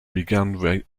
began